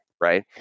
right